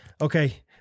Okay